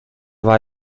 war